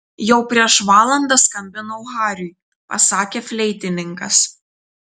jau prieš valandą skambinau hariui pasakė fleitininkas